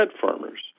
farmers